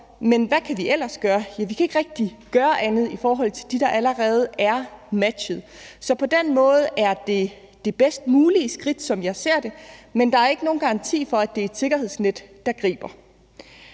Men hvad kan vi ellers gøre? Vi kan ikke rigtig gøre andet i forhold til dem, der allerede er matchet. Så på den måde er det, som jeg ser det, det bedst mulige skridt, men der er ikke nogen garanti for, at det er et sikkerhedsnet, der griber.